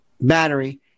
battery